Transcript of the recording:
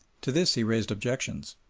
to this he raised objections.